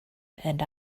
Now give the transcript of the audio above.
and